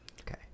Okay